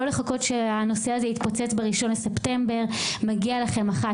לא לחכות שהנושא הזה יתפוצץ ב-1 בספטמבר: מגיע לכם כך וכך,